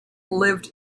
lived